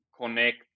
connect